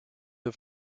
have